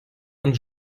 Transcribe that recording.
ant